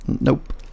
Nope